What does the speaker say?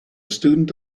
student